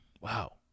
Wow